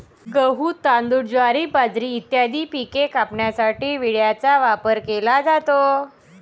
गहू, तांदूळ, ज्वारी, बाजरी इत्यादी पिके कापण्यासाठी विळ्याचा वापर केला जातो